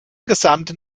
gesamten